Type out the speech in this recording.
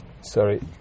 sorry